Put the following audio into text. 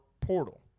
portal